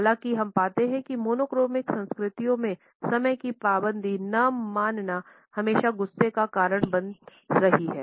हालाँकि हम पाते हैं कि मोनोक्रोनिक संस्कृति में समय की पाबंदी न मानना हमेशा गुस्से का कारण बनी रहती है